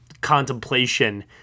contemplation